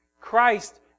Christ